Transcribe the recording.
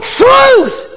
truth